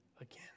again